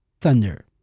Thunder